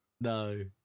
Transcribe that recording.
No